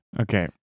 okay